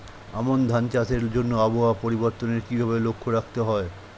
আমন ধান চাষের জন্য আবহাওয়া পরিবর্তনের কিভাবে লক্ষ্য রাখতে হয়?